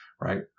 Right